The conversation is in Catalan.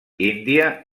índia